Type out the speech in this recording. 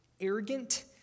arrogant